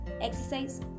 exercise